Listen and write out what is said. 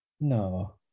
No